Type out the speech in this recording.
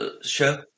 show